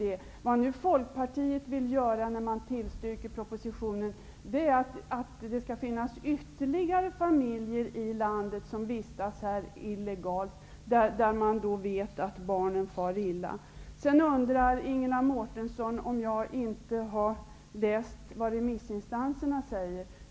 I och med att Folkpartiet tillstyrker propositionens förslag vill man att det skall finnas ytterligare familjer som vistas här illegalt, trots att man vet att barnen far illa. Ingela Mårtensson undrade om jag inte hade tagit del av vad remissinstanserna anför.